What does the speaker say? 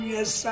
Yes